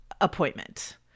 appointment